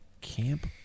camp